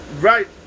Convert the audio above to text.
right